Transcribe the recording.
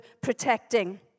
protecting